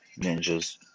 ninjas